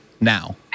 now